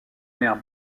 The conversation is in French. mère